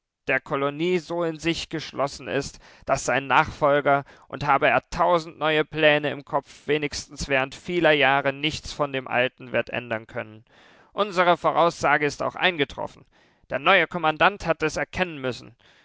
der kolonie so in sich geschlossen ist daß sein nachfolger und habe er tausend neue pläne im kopf wenigstens während vieler jahre nichts von dem alten wird ändern können unsere voraussage ist auch eingetroffen der neue kommandant hat es erkennen müssen